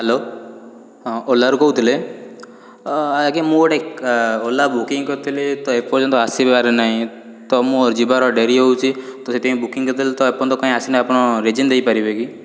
hello ହଁ ଓଲାରୁ କହୁଥିଲେ ଆଜ୍ଞା ମୁଁ ଗୋଟେ ଓଲା ବୁକିଂ କରିଥିଲି ତ ଏପର୍ଯନ୍ତ ଆସିବାର ନାହିଁ ତ ମୋର ଯିବାର ଡେରି ହଉଛି ତ ସେଥିପାଇଁ ବୁକିଂ କରିଦେଲେ ତ ଆପଣ ତ କାଇଁ ଆସିନି ଆପଣ ରିଜିନ୍ ଦେଇ ପାରିବେ କି